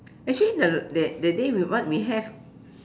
actually the that that day we what we have